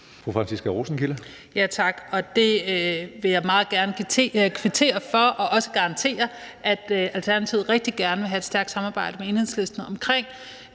Det vil jeg meget gerne kvittere for, og jeg vil også garantere, at Alternativet rigtig gerne vil have et stærkt samarbejde med Enhedslisten om